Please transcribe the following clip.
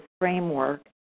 framework